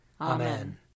Amen